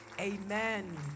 Amen